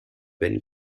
been